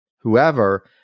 whoever